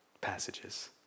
passages